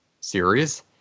series